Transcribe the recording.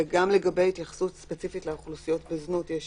וגם לגבי התייחסות ספציפית לאוכלוסיות בזנות יש